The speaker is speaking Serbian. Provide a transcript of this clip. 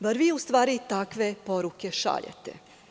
Bar vi, u stvari, takve poruke šaljete.